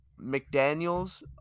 mcdaniel's